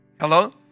Hello